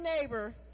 neighbor